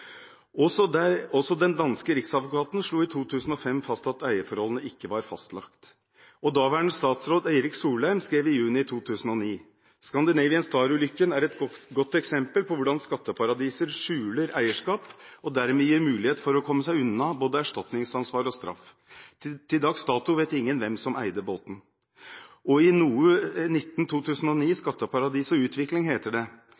Også den danske riksadvokaten slo i 2005 fast at eierforholdene ikke var fastlagt, og daværende statsråd Erik Solheim skrev i juni 2009: ««Scandinavian Star»-ulykken er et godt eksempel på hvordan skatteparadiser skjuler eierskap og dermed gir mulighet for å komme seg unna både erstatningsansvar og straff. Til dags dato vet ingen hvem som eide båten.» I NOU 2009: 19, Skatteparadis og utvikling, heter det: «Endelig eierskap er imidlertid ikke blitt fastslått. Skipet var registrert på Bahamas. Det